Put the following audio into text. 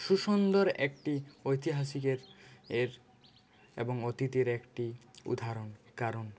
সুসুন্দর একটি ঐতিহাসিকের এর এবং অতীতের একটি উদাহরণ কারণ